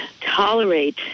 tolerate